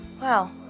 Wow